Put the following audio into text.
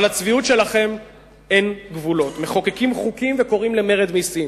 אבל לצביעות שלכם אין גבולות: מחוקקים חוקים וקוראים למרד מסים.